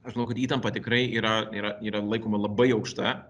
aš manau kad įtampa tikrai yra yra yra laikoma labai aukšta